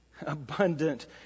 Abundant